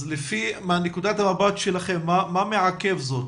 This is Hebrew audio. אז מנקודת המבט שלכם מה מעכב את זה?